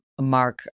Mark